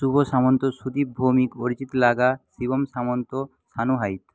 Shubho Samanta Sudip Bhowmick Arijit Lagha Shivam Samanta Shanu Hait